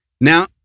Now